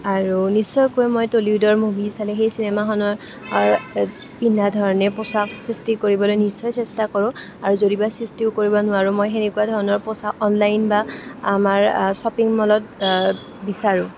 আৰু নিশ্চয়কৈ মই টলিউডৰ মুভি চালে সেই চিনেমাখনত পিন্ধাৰ ধৰণে পোচাক সৃষ্টি কৰিবলৈ নিশ্চয় চেষ্টা কৰোঁ আৰু যদি মই সৃষ্টিও কৰিব নোৱাৰোঁ মই সেনেকুৱা ধৰণৰ পোচাক অনলাইন বা আমাৰ শ্বপিং মলত বিচাৰোঁ